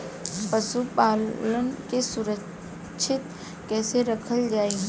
पशुपालन के सुरक्षित कैसे रखल जाई?